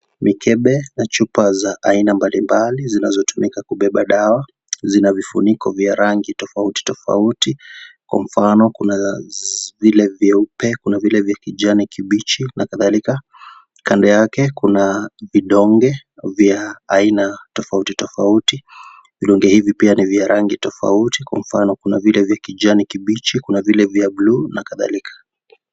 Mikebe na chupa za aina mbalimbali zinazotumika kubeba dawa zinavifuniko vya rangi tofauti tofauti kwa mafano kuna za vile vieupe kuna vile vya kijani kibichi na kadhalika. Kando yake kuna vidonge vya aina tofauti tofauti , vidonge hivi pia ni vya rangi tofauti kwa mfano kuna vile vya kijani kibichi kuna vile vya blu na kadhalika.